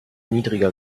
niedriger